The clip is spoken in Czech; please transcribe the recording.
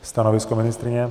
Stanovisko ministryně?